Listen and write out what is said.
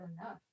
enough